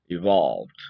evolved